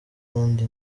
kandi